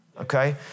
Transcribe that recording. Okay